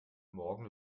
morgen